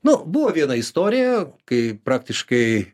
nu buvo viena istorija kai praktiškai